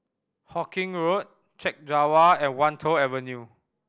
Hawkinge Road Chek Jawa and Wan Tho Avenue